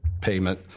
payment